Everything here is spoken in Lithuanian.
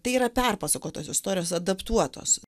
tai yra perpasakotos istorijos adaptuotos